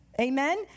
Amen